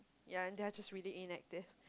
ya and they're just really inactive